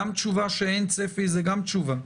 גם תשובה שאין צפי היא תשובה.